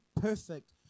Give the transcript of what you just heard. perfect